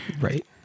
Right